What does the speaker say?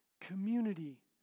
Community